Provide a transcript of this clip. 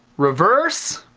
reverse.